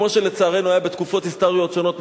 כמו שלצערנו היה בתקופות היסטוריות שונות,